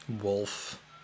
wolf